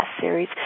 series